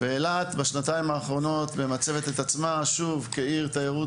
ובשנתיים האחרונות אילת ממצבת את עצמה שוב כעיר תיירות